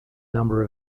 number